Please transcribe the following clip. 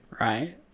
Right